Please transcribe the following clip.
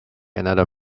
another